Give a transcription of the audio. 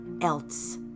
else